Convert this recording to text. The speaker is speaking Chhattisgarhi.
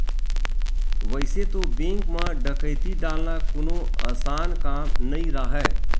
वइसे तो बेंक म डकैती डालना कोनो असान काम नइ राहय